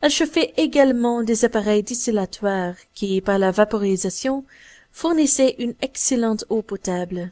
elle chauffait également des appareils distillatoires qui par la vaporisation fournissaient une excellente eau potable